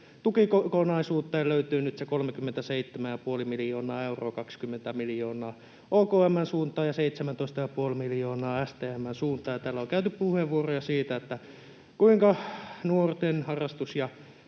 tukikokonaisuuteen löytyy nyt se 37,5 miljoonaa euroa: 20 miljoonaa OKM:n suuntaan ja 17,5 miljoonaa STM:n suuntaan. Täällä on käytetty puheenvuoroja siitä, kuinka nuorten harrastus- ja